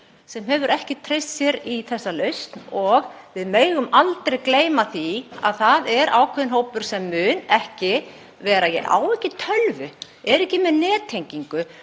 sem hefur ekki treyst sér í þessa lausn og við megum aldrei gleyma því að það er ákveðinn hópur sem á ekki tölvu, er ekki með nettengingu